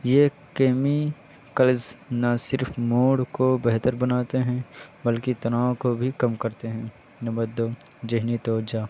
یہ کیمکلز نہ صرف موڑ کو بہتر بناتے ہیں بلکہ تناؤ کو بھی کم کرتے ہیں نمبر دو ذہنی توجہ